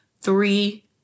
three